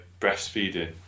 breastfeeding